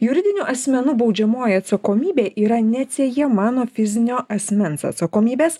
juridinių asmenų baudžiamoji atsakomybė yra neatsiejama nuo fizinio asmens atsakomybės